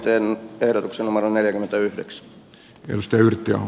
teen ehdotuksen oman neljäkymmentäyhdeksän josta yrttiaho